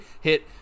hit